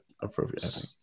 appropriate